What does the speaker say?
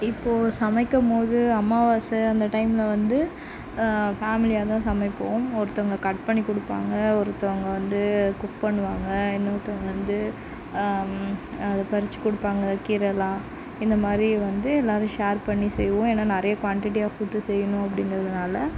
இப்போது சமைக்கும்போது அமாவாசை அந்த டைமில் வந்து ஃபேமிலியாக தான் சமைப்போம் ஒருத்தவங்க கட் பண்ணி கொடுப்பாங்க ஒருத்தவங்க வந்து குக் பண்ணுவாங்க இன்னொருத்தவங்க வந்து அதை பறிச்சு கொடுப்பாங்க கீரைலாம் இந்தமாதிரி வந்து எல்லோரும் ஷேர் பண்ணி செய்வோம் இல்லை நிறைய க்வாண்டிடி ஆஃப் ஃபுட் செய்யணும் அப்படிங்கறதுனால